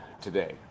today